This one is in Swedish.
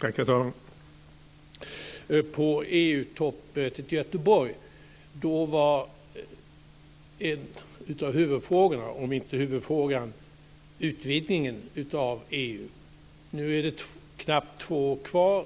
Herr talman! På EU-toppmötet i Göteborg var en av huvudfrågorna, om inte huvudfrågan, utvidgningen av EU. Nu är det knappt två år kvar